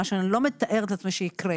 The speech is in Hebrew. מה שאני לא מתארת לעצמי שיקרה,